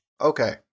Okay